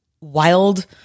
wild